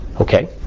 Okay